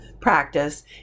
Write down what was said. practice